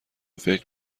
فکر